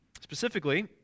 Specifically